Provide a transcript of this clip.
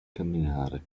camminare